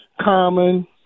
Common